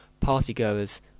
partygoers